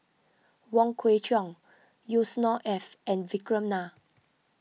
Wong Kwei Cheong Yusnor Ef and Vikram Nair